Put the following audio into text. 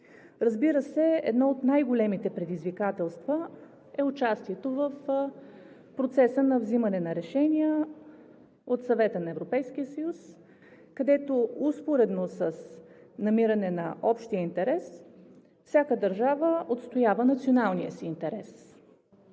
Разбира се, едно от най-големите предизвикателства е участието в процеса на взимане на решения от Съвета на Европейския съюз, където успоредно с намиране на общия интерес всяка държава отстоява националния си интерес.